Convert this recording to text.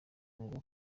ngo